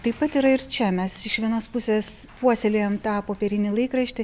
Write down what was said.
taip pat yra ir čia mes iš vienos pusės puoselėjam tą popierinį laikraštį